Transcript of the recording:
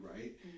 Right